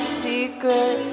secret